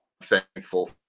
thankful